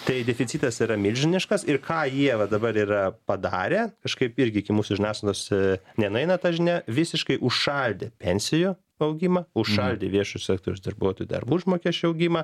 tai deficitas yra milžiniškas ir ką jie va dabar ir padarę kažkaip irgi iki mūsų žiniasklaidos nenueina ta žinia visiškai užšaldė pensijų augimą užšaldė viešo sektoriaus darbuotojų darbo užmokesčio augimą